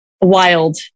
wild